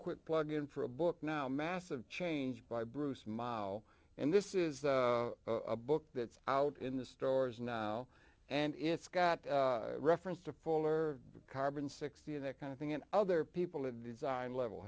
quick plug in for a book now massive change by bruce mile and this is a book that's out in the stores now and it's got reference to fuller carbon sixteen that kind of thing and other people it is on level